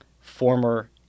former